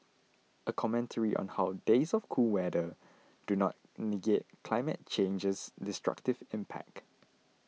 a commentary on how days of cool weather do not negate climate change's destructive impact